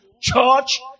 church